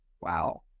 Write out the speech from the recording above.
Wow